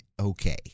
okay